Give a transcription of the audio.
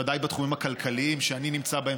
בוודאי בתחומים הכלכליים שאני נמצא בהם,